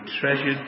treasured